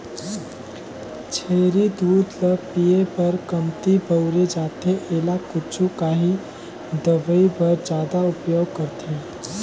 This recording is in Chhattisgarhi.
छेरी दूद ल पिए बर कमती बउरे जाथे एला कुछु काही दवई बर जादा उपयोग करथे